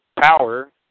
power